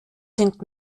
sind